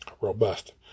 Robust